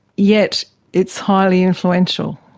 yet it's highly influential.